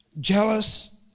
jealous